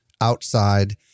outside